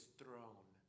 throne